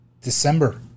December